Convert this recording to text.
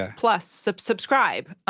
ah plus. so subscribe.